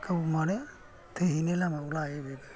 गावमानो थैहैनो लामायाव गाहैयो